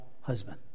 husband